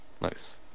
Nice